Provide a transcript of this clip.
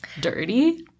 dirty